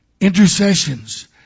intercessions